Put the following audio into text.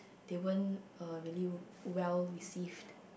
they won't really well receive